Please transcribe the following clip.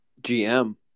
GM